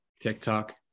TikTok